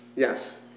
Yes